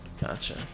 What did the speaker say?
Gotcha